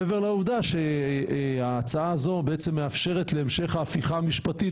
מעבר לעובדה שהצעה זו בעצם מאפשרת להמשך ההפיכה המשפטית